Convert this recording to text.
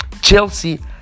Chelsea